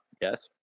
Yes